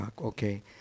okay